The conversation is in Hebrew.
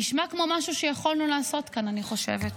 נשמע כמו משהו שיכולנו לעשות כאן, אני חושבת,